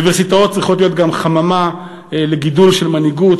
האוניברסיטאות צריכות להיות גם חממה לגידול של מנהיגות,